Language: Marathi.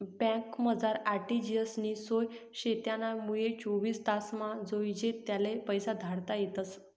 बँकमझार आर.टी.जी.एस नी सोय शे त्यानामुये चोवीस तासमा जोइजे त्याले पैसा धाडता येतस